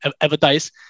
advertise